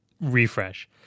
refresh